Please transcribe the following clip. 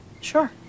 sure